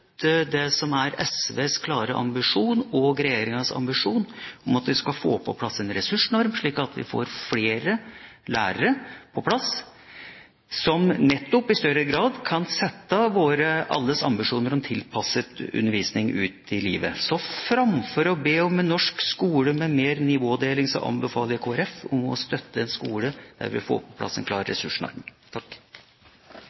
det som er SVs klare ambisjon, og regjeringas ambisjon, at vi skal få på plass en ressursnorm slik at vi får flere lærere på plass som i større grad kan sette vår alles ambisjon om tilpasset undervisning ut i livet. Så framfor å be om en norsk skole med mer nivådeling anbefaler jeg Kristelig Folkeparti å støtte en skole der vi får på plass en klar